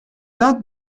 dat